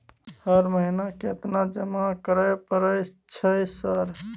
हर महीना केतना जमा करे परय छै सर?